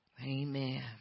Amen